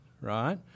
right